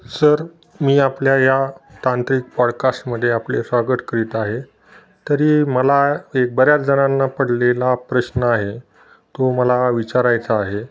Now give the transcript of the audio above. sir मी आपल्या या तांत्रिक पॉडकास्टमध्ये आपले स्वागत करीत आहे तरी मला एक बऱ्याच जणांना पडलेला प्रश्न आहे तो मला विचारायचा आहे